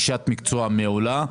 אשת מקצוע מעולה.